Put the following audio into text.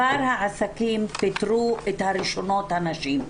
העסקים כבר פיטרו את ראשונות הנשים.